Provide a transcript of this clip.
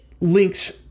links